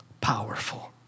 powerful